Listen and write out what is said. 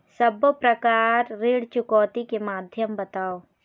सब्बो प्रकार ऋण चुकौती के माध्यम बताव?